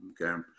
okay